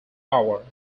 hour